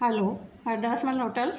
hello Hardasmal hotel